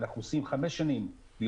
ואנחנו עושים המון חמש שנים ויותר,